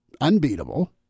unbeatable